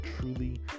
truly